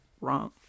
wrong